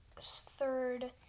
third